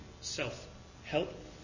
self-help